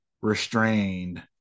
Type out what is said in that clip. restrained